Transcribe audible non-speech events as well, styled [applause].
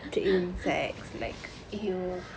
[laughs]